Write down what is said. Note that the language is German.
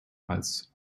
als